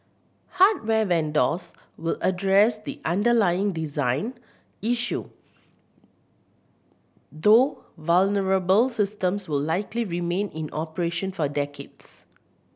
hardware vendors will address the underlying design issue though vulnerable systems will likely remain in operation for decades